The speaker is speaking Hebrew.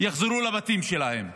יחזרו לבתים שלהן.